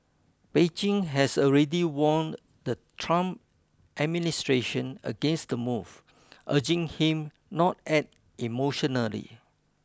Beijing has already warned the Trump administration against the move urging him not act emotionally